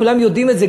כולם יודעים את זה.